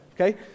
Okay